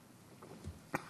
אורי,